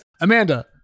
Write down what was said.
Amanda